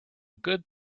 good